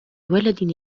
ولد